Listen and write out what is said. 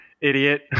idiot